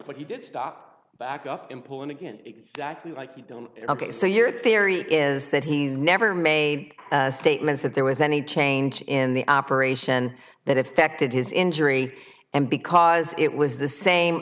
but he did stop back up and pull in again exactly like you don't so your theory is that he's never made statements that there was any change in the operation that effected his injury and because it was the same